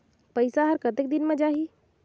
पइसा हर कतेक दिन मे जाही?